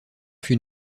fut